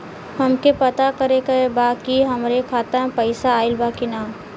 हमके पता करे के बा कि हमरे खाता में पैसा ऑइल बा कि ना?